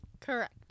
Correct